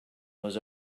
was